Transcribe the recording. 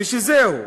ושזהו,